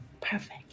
perfect